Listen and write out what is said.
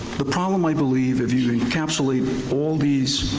the problem i believe, if you encapsulate all these.